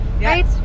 Right